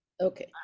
Okay